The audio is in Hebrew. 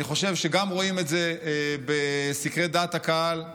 אני חושב שגם רואים את זה בסקרי דעת הקהל,